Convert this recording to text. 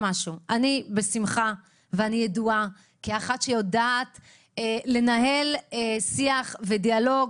אני ידועה כמי שיודעת לנהל שיח ודיאלוג,